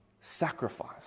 sacrifice